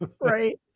right